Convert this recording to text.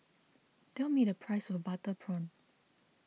tell me the price of Butter Prawn